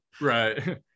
Right